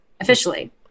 officially